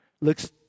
looks